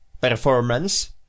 performance